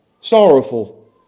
sorrowful